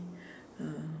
uh